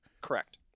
Correct